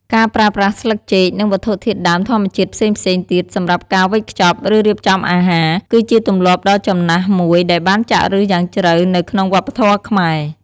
ការប្រើប្រាស់ស្លឹកចេក និងវត្ថុធាតុដើមធម្មជាតិផ្សេងៗទៀតសម្រាប់ការវេចខ្ចប់ ឬរៀបចំអាហារ គឺជាទម្លាប់ដ៏ចំណាស់មួយដែលបានចាក់ឫសយ៉ាងជ្រៅនៅក្នុងវប្បធម៌ខ្មែរ។